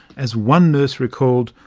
as one nurse recalled,